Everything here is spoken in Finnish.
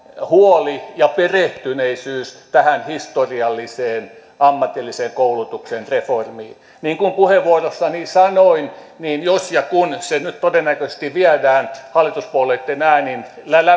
huoli ja perehtyneisyys tähän historialliseen ammatillisen koulutuksen reformiin niin kuin puheenvuorossani sanoin niin jos ja kun se nyt todennäköisesti viedään hallituspuolueitten äänin